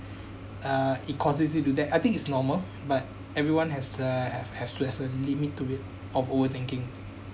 uh it causes you to that I think it's normal but everyone has to have have to have a limit to it of over thinking